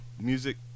Music